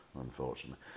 unfortunately